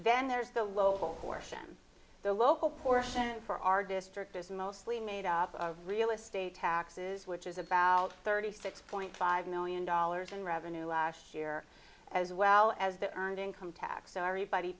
then there's the local portion the local portion for our district is mostly made up of real estate taxes which is about thirty six point five million dollars in revenue last year as well as the earned income tax so everybody